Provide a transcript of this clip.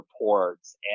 reports